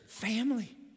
family